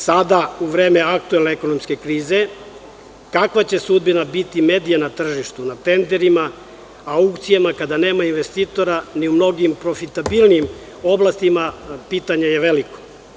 Sada u vreme aktuelne ekonomske krize, kakva će sudbina biti medija na tržištu, na tenderima, aukcijama, kada nemaju investitora ni u mnogim profitabilnijim oblastima, pitanje je veliko?